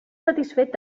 satisfet